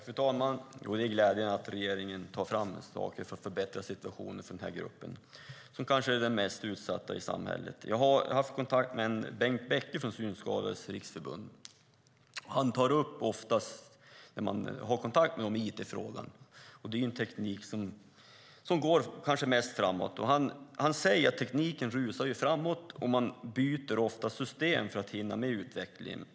Fru talman! Det är glädjande att regeringen tar fram saker för att förbättra situationen för den här gruppen, som kanske är den mest utsatta i samhället. Jag har haft kontakt med en Bengt Bäcke från Synskadades Riksförbund. När man har kontakt med honom tar han ofta upp it-frågan. Det är kanske den teknik som går mest framåt. Bäcke säger att tekniken rusar framåt och att man ofta byter system för att hinna med utvecklingen.